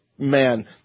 Man